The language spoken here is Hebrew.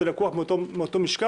זה לקוח מאותו משקל,